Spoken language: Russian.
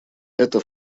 это